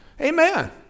Amen